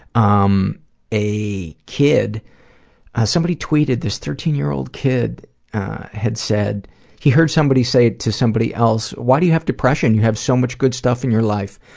um a kid somebody tweeted this thirteen year old kid had said he heard somebody say to somebody else, why do you have depression? you have so much good stuff in your life.